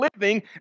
living